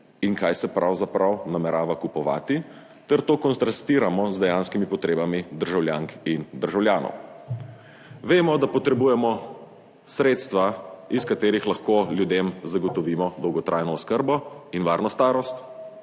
in kaj se pravzaprav namerava kupovati ter to kontrastiramo z dejanskimi potrebami državljank in državljanov. Vemo, da potrebujemo sredstva, iz katerih lahko ljudem zagotovimo dolgotrajno oskrbo in varno starost,